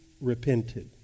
repented